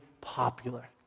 popular